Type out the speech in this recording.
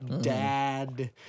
Dad